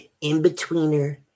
in-betweener